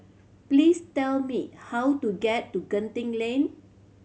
please tell me how to get to Genting Lane